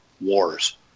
Wars